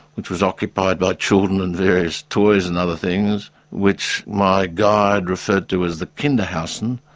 which was occupied by children and various toys and other things which my guide referred to as the kinderhausen,